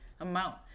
amount